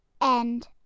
End